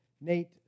Nate